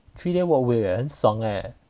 three day work week eh 很爽 eh